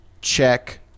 check